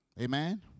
Amen